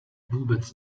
vůbec